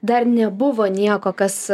dar nebuvo nieko kas